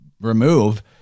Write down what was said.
remove